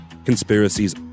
conspiracies